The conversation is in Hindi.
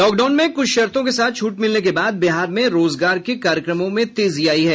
लॉक डाउन में कुछ शर्तों के साथ छूट मिलने के बाद बिहार में रोजगार के कार्यक्रमों में तेजी आयी है